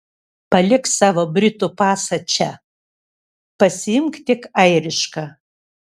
palik savo britų pasą čia pasiimk tik airišką